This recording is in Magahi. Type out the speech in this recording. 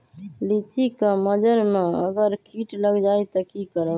लिचि क मजर म अगर किट लग जाई त की करब?